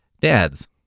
Dads